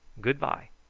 good-bye!